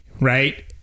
right